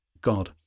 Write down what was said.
God